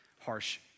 harsh